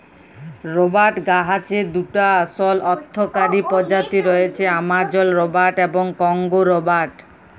রবাট গাহাচের দুটা আসল অথ্থকারি পজাতি রঁয়েছে, আমাজল রবাট এবং কংগো রবাট